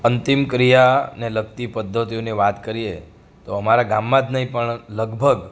અંતિમ ક્રિયાને લગતી પદ્ધતિઓની વાત કરીએ તો અમારાં ગામમાં જ નહીં પણ લગભગ